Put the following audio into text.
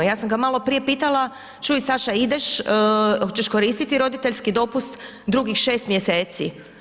Ja sam ga malo prije pitala, čuj Saša ideš, hoćeš koristiti roditeljski dopust drugih šest mjeseci?